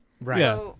Right